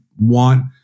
want